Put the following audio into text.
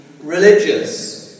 religious